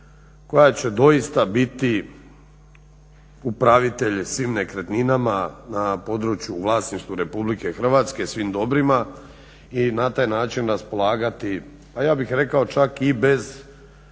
koja će doista biti upravitelj svim nekretninama na području, u vlasništvu Republike Hrvatske, svim dobrima i na taj način raspolagati pa ja bih rekao čak i bez